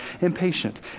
impatient